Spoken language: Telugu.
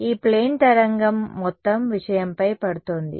ఈ ప్లేన్ తరంగం మొత్తం విషయంపై పడుతోంది